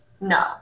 no